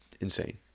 insane